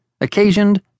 occasioned